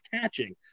catching